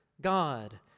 God